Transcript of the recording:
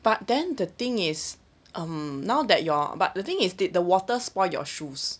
but then the thing is um now that you're but the thing is did the water spoil your shoes